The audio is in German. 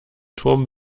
turm